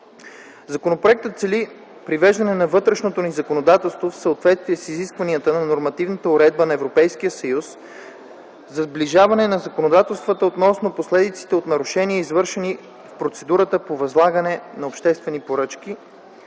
Законопроектът цели привеждане на вътрешното ни законодателство в съответствие с изискванията на нормативната уредба на Европейския съюз за сближаване на законодателствата относно последиците от нарушения, извършени в процедурата по възлагане на обществени поръчки,